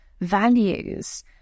values